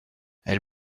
elle